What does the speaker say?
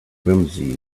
whimsy